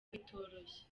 bitoroshye